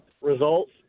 Results